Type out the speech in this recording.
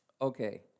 Okay